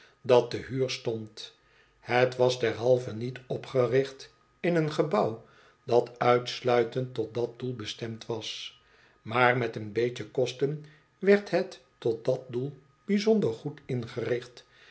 dat te huur stond hot was derhalve niet opgericht in een gebouw dat uitsluitend tot dat doel bestemd was maar met een beetje kosten werd het tot dat doel bijzonder goed ingericht